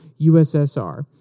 USSR